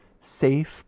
safe